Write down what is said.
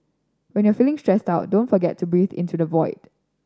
when you are feeling stressed out don't forget to breathe into the void